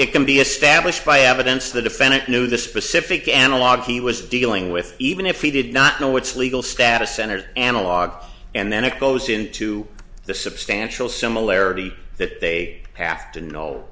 it can be established by evidence the defendant knew the specific analogue he was dealing with even if he did not know what's legal status enters analog and then it goes into the substantial similarity that they